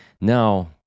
Now